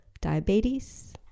diabetes